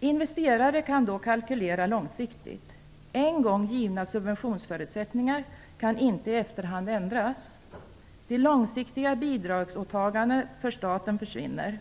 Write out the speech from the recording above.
Investerare kan då kalkylera långsiktigt. En gång givna subventionsförutsättningar kan inte i efterhand ändras. De långsiktiga bidragsåtagandena för staten försvinner.